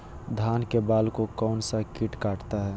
धान के बाल को कौन सा किट काटता है?